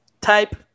type